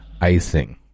icing